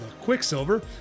Quicksilver